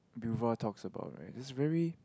Bevour talks about right is very